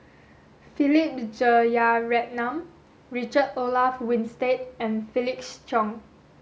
Philip Jeyaretnam Richard Olaf Winstedt and Felix Cheong